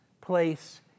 place